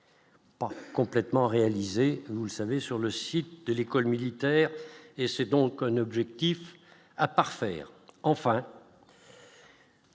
Complètement réalisé, vous le savez, sur le site de l'école militaire et c'est donc un objectif à part faire enfin.